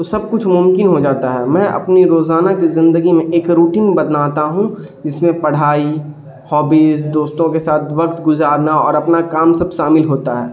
تو سب کچھ ممکن ہو جاتا ہے میں اپنی روزانہ کی زندگی میں ایک روٹین بتناتا ہوں جس میں پڑھائی ہابیز دوستوں کے ساتھ وقت گزارنا اور اپنا کام سب شامل ہوتا ہے